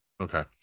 okay